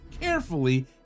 carefully